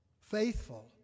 Faithful